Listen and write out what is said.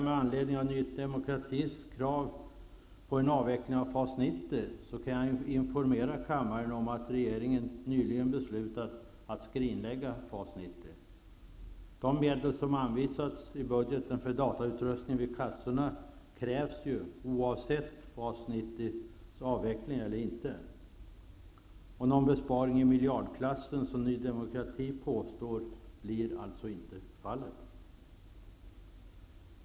Med anledning av Ny demokratis krav på avveckling av FAS 90 kan jag informera kammaren om att regeringen nyligen beslutat att skrinlägga FAS 90 avvecklas eller inte. Någon besparing i miljardklassen, som Ny demokrati påstår, blir alltså inte fallet.